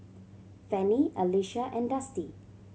Fanny Alysha and Dusty